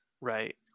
Right